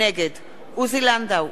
נגד סופה לנדבר,